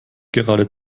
gerade